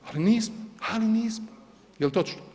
Ali nismo, ali nismo, je li točno?